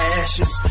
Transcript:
ashes